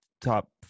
top –